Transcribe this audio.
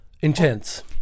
Intense